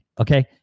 Okay